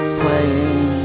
playing